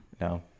no